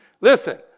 Listen